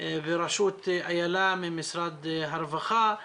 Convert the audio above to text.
בראשות אילה ממשרד הרווחה,